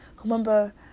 remember